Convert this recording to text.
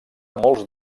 molts